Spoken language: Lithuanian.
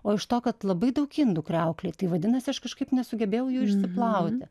o iš to kad labai daug indų kriauklėj tai vadinasi aš kažkaip nesugebėjau jų išsiplauti